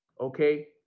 Okay